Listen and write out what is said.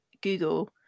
google